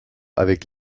avec